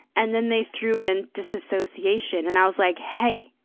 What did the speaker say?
and then they threw in disassociation. and i was like, hey.